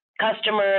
customers